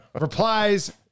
Replies